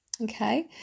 okay